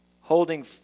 Holding